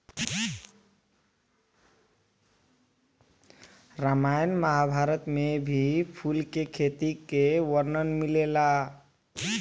रामायण महाभारत में भी फूल के खेती के वर्णन मिलेला